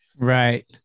Right